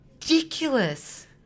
ridiculous